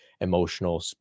emotional